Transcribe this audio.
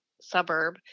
suburb